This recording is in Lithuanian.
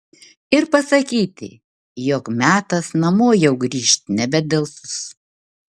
ir pasakyti jog metas namo jau grįžt nebedelsus